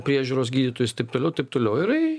priežiūros gydytojus taip toliau taip toliau ir